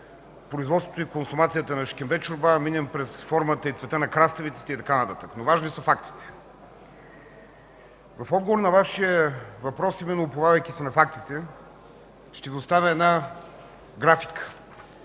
производството и консумацията на шкембе чорба, минем през формата и цвета на краставиците и така нататък. Важни са обаче фактите. В отговор на Вашия въпрос, именно уповавайки се на фактите, ще Ви оставя една графика,